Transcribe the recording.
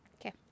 Okay